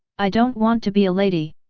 i don't want to be a lady!